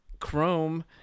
chrome